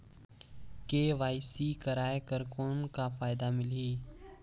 KYC कराय कर कौन का फायदा मिलही?